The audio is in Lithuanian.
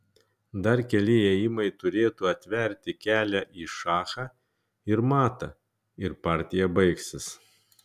dar keli ėjimai turėtų atverti kelią į šachą ir matą ir partija baigsis